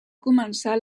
començar